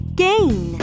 gain